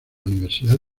universidad